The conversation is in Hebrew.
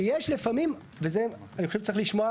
שיש לפעמים וזה אני חושב שצריך לשמוע,